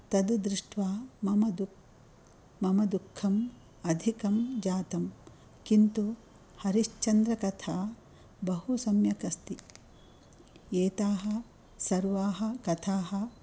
तद् दृष्ट्वा मम दुः मम दुःखम् अधिकं जातं किन्तु हरिश्चन्द्रकथा बहु सम्यक् अस्ति एताः सर्वाः कथाः